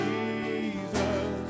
Jesus